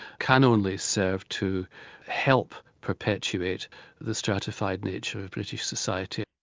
can only serve to help perpetuate the stratified nature of british society.